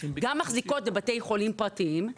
גם מחזיקות בבתי חולים פרטיים,